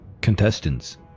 contestants